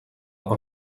per